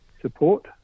support